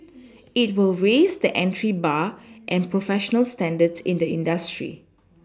it will raise the entry bar and professional standards in the industry